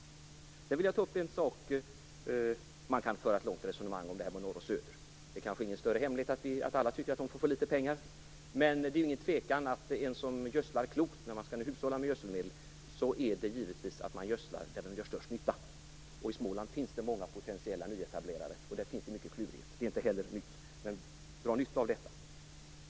Man kan föra ett långt resonemang om detta med norr och söder. Det är kanske ingen större hemlighet att alla anser sig få för litet pengar. Men det råder ingen tvekan om att den som gödslar klokt nu, när det skall hushållas med gödselmedel, givetvis gödslar där gödslingen gör största nyttan. I Småland finns det många potentiella nyetablerare och mycket klurighet, vilket inte heller är en nyhet. Dra nytta av detta!